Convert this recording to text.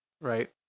Right